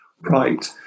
Right